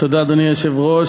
אדוני היושב-ראש,